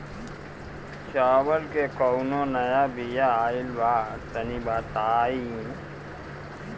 चावल के कउनो नया बिया आइल बा तनि बताइ?